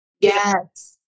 Yes